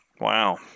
Wow